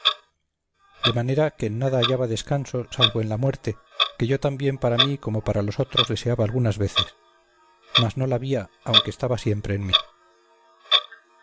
de manera que en nada hallaba descanso salvo en la muerte que yo también para mí como para los otros deseaba algunas veces mas no la vía aunque estaba siempre en mí